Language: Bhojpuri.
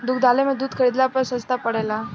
दुग्धालय से दूध खरीदला पर सस्ता पड़ेला?